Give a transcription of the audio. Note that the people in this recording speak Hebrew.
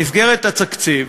במסגרת התקציב